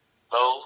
hello